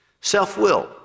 Self-will